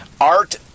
art